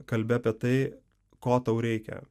kalbi apie tai ko tau reikia